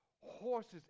horses